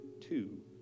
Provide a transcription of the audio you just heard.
two